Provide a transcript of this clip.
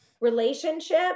relationship